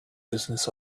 business